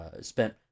spent